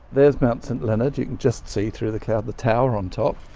there's mt st leonard, you can just see through the cloud the tower on top.